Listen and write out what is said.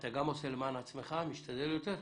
ואתה גם עושה למען עצמך, משתדל יותר?